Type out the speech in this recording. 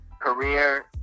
career